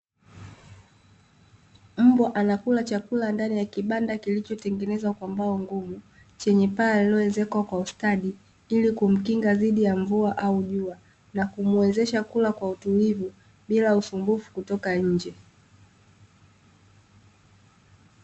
Mbwa anakula chakula ndani ya kibanda kilichotengenezwa kwa mbao ngumu, chenye paa lililoezekwa kwa ustadi, ili kumkinga dhidi ya mvua au jua na kumuwezesha kula kwa utulivu bila usumbufu kutoka nje.